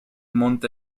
monte